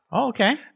okay